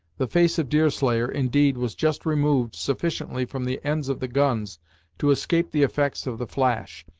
the face of deerslayer, indeed, was just removed sufficiently from the ends of the guns to escape the effects of the flash,